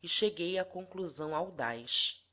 e cheguei à conclusão audaz